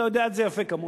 אתה יודע את זה יפה כמוני,